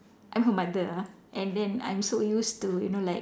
I'm her mother ah and then I'm so used to you know like